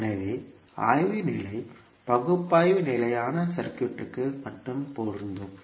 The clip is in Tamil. எனவே ஆய்வு நிலை பகுப்பாய்வு நிலையான சர்க்யூட்களுக்கு மட்டுமே பொருந்தும்